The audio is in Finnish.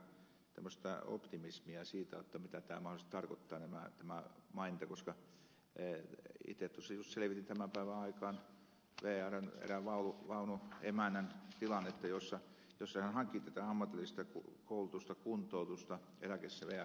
akaan penttilän optimismia siitä mitä mahdollisesti tarkoittaa tämä maininta koska itse juuri selvitin tämän päivän aikana vrn erään vaunuemännän tilannetta jossa hän haki ammatillista koulutusta kuntoutusta vrn eläkesäätiöltä